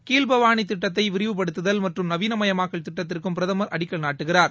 கீழ்பவாளி திட்டத்தை விரிவுபடுத்துதல் மற்றும் நவீனமயமாக்கல் திட்டத்திற்கும் பிரதமர் அடிக்கல் நாட்டுகிறார்